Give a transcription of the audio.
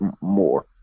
more